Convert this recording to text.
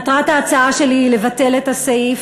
מטרת ההצעה שלי היא לבטל את הסעיף.